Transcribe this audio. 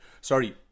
sorry